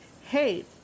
hey